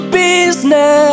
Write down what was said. business